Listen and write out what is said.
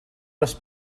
les